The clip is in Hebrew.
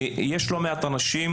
יש לא מעט אנשים